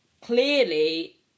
clearly